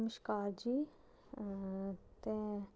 नमस्कार जी तें